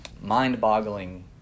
mind-boggling